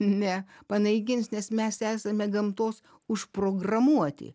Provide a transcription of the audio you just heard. ne panaikins nes mes esame gamtos užprogramuoti